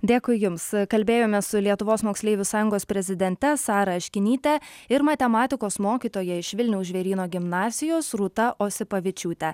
dėkui jums kalbėjomės su lietuvos moksleivių sąjungos prezidente sara aškinyte ir matematikos mokytoja iš vilniaus žvėryno gimnasijos rūta osipavičiūte